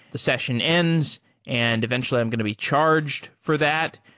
the session ends and eventually i'm going to be charged for that.